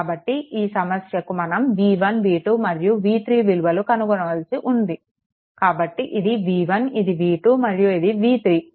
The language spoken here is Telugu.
కాబట్టి ఈ సమస్యకు మనం v1 v2 మరియు v3 విలువలు కనుగొనవలసి ఉంది కాబట్టి ఇది v1 ఇది v2 మరియు ఇది v3